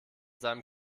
seinem